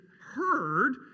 heard